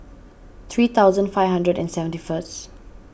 three thousand five hundred and seventy first